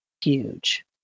huge